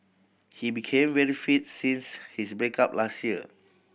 he became very fits since his break up last year